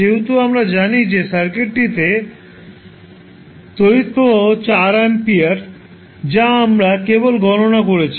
যেহেতু আমরা জানি যে সার্কিটটিতে তড়িৎ প্রবাহ 4 অ্যাম্পিয়ার যা আমরা কেবল গণনা করেছি